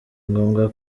ngombwa